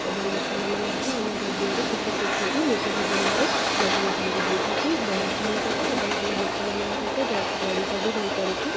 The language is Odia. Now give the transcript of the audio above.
ଏବଂ ଲୋକମାନେ ମଧ୍ୟ ଆମ ଭିଡ଼ିଓରୁ କିଛି ଶିଖିକି ନିଜ ଜୀବନରେ ଲଗଉଛନ୍ତି ଯେଉଁଟାକି ବହୁତ ଭଲ କଥା ଏବଂ ଆମେ ଲୋକମାନଙ୍କ ସହିତ ଜଡ଼ିତ ବି ହୋଇପାରୁଛୁ